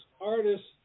artists